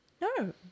No